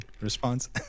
Response